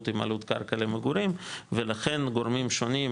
עם עלות קרקע למגורים ולכן גורמים שונים,